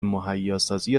مهیاسازی